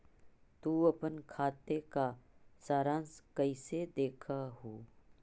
तु अपन खाते का सारांश कैइसे देखअ हू